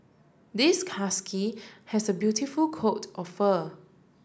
this husky has a beautiful coat of fur